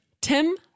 Tim